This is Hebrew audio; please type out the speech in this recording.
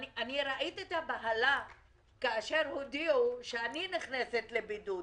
אני ראיתי את הבהלה כאשר הודיעו שאני נכנסת לבידוד.